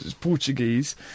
Portuguese